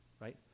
right